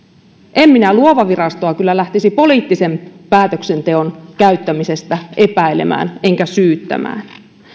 en minä luova virastoa kyllä lähtisi poliittisen päätöksenteon käyttämisestä epäilemään enkä syyttämään